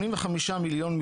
85 מיליון,